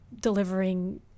delivering